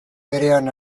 berean